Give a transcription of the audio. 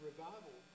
Revival